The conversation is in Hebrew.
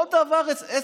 כל דבר אצלכם,